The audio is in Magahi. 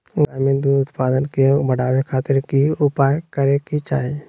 गाय में दूध उत्पादन के बढ़ावे खातिर की उपाय करें कि चाही?